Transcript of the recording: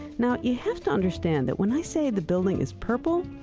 now, you have to understand that when i say the building is purple,